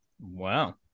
Wow